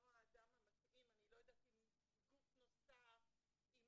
האדם המתאים ואני לא יודעת אם גוף נוסף אבל